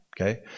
Okay